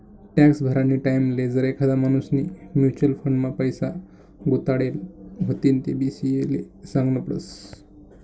tax भरानी टाईमले जर एखादा माणूसनी म्युच्युअल फंड मा पैसा गुताडेल व्हतीन तेबी सी.ए ले सागनं पडस